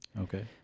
Okay